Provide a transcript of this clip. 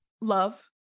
Love